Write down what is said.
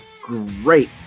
great